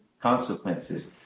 consequences